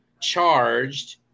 charged